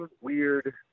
weird